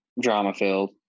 drama-filled